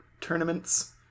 tournaments